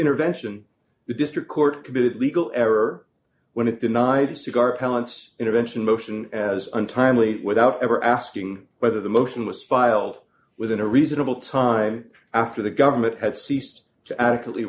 intervention the district court committed legal error when it denied a cigar counts intervention motion as untimely without ever asking whether the motion was filed within a reasonable time after the government had ceased to adequately